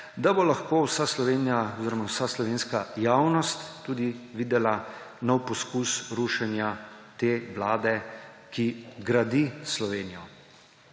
da bo lahko vsa Slovenija oziroma vsa slovenska javnost tudi videla nov poskus rušenja te vlade, ki gradi Slovenijo.